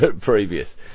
previous